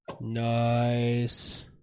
Nice